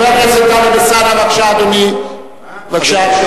חבר הכנסת טלב אלסאנע, בבקשה, אדוני.